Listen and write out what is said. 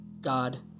God